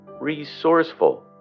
resourceful